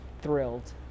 thrilled